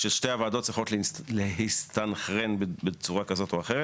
של שתי הוועדות צריכות להסתנכרן בצורה כזו או אחרת